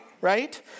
right